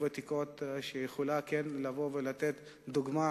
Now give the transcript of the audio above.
ותיקות והיא יכולה לבוא ולתת דוגמה